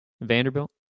Vanderbilt